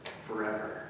forever